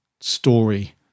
story